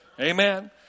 Amen